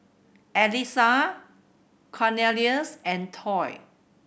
Alissa Cornelious and Toy